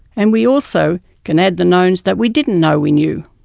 and we also can add the knowns that we didn't know we knew,